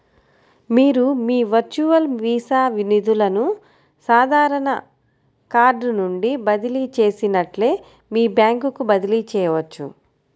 మీరు మీ virtual Visa నిధులను సాధారణ కార్డ్ నుండి బదిలీ చేసినట్లే మీ బ్యాంకుకు బదిలీ చేయవచ్చు